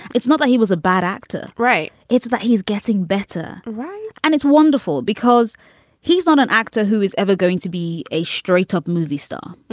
it's not that he was a bad actor. right. it's that he's getting better. right. and it's wonderful because he's on an actor who is ever going to be a straight-up movie star.